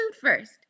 first